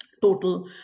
total